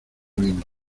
vengo